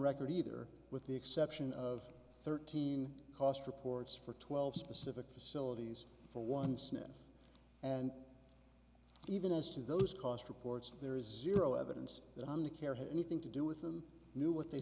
record either with the exception of thirteen cost reports for twelve specific facilities for one snit and even as to those cost reports there is zero evidence that on the care had anything to do with them knew what they